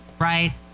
right